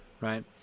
right